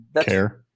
Care